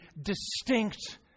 distinct